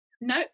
No